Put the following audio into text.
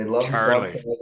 Charlie